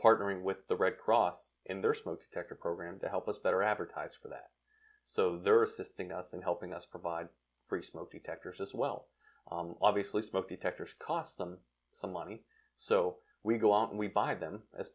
partnering with the red cross in their smoke detector program to help us better advertise for that so there are assisting us in helping us provide free smoke detectors as well obviously smoke detectors cost them some money so we go out and we buy them as